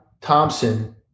Thompson